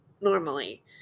normally